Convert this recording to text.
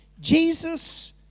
Jesus